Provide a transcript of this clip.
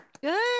Good